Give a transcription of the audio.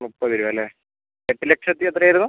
മുപ്പത് രൂപ അല്ലെ എട്ട് ലക്ഷത്തി എത്ര ആയിരുന്നു